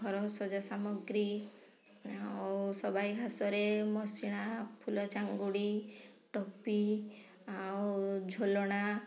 ଘର ସଜା ସାମଗ୍ରୀ ଆଉ ସବାଇ ଘାସରେ ମସିଣା ଫୁଲ ଚାଙ୍ଗୁଡ଼ି ଟୋପି ଆଉ ଝୁଲଣା